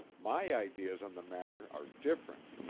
my ideas on the matter are different.